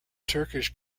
turkish